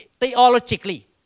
theologically